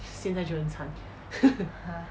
现在就很惨